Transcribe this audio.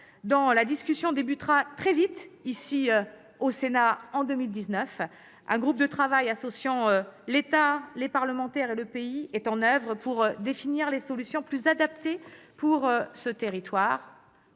la discussion débutera très vite, au Sénat, en 2019. Un groupe de travail associant l'État, les parlementaires et le pays est à l'oeuvre pour définir les solutions les plus adaptées à ce territoire.